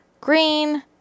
green